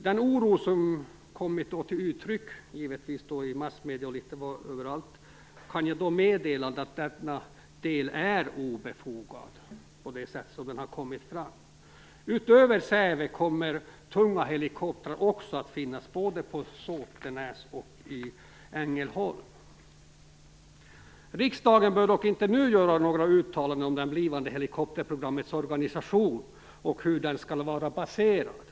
Den oro som kommit till uttryck i bl.a. massmedierna är i denna del obefogad. Tunga helikoptrar kommer att finnas inte bara på Säve utan också på Såtenäs och i Ängelholm. Riksdagen bör dock inte nu göra några uttalanden om det blivande helikopterprogrammets organisation och om var den skall vara baserad.